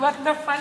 כמעט נפלתי,